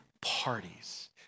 parties